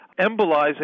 embolizing